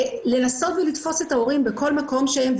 לנסות ולתפוס את ההורים בכל מקום שהם,